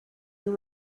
your